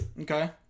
Okay